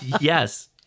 Yes